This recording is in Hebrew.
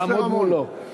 תעמוד מולו.